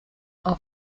are